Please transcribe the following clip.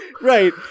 Right